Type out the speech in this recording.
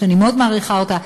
שאני מאוד מעריכה אותה,